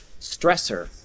stressor